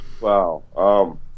Wow